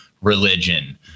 religion